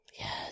Yes